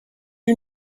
you